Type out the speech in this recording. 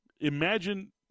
imagine –